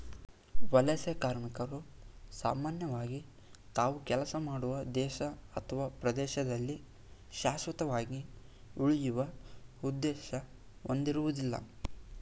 ವಲಸೆ ಕಾರ್ಮಿಕರು ಸಾಮಾನ್ಯವಾಗಿ ತಾವು ಕೆಲಸ ಮಾಡುವ ದೇಶ ಅಥವಾ ಪ್ರದೇಶದಲ್ಲಿ ಶಾಶ್ವತವಾಗಿ ಉಳಿಯುವ ಉದ್ದೇಶ ಹೊಂದಿರುವುದಿಲ್ಲ